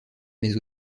mais